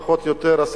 המחיר פחות או יותר,